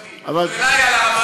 אבל השאלה היא לא על כל המשרדים,